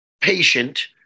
patient